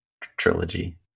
trilogy